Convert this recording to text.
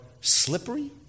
slippery